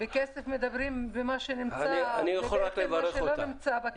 בכסף מדברים במה שנמצא ובעצם מה שלא נמצא בכיס.